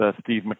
Steve